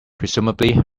presumably